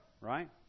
right